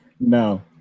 No